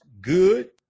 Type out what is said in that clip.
good